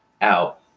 out